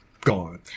gone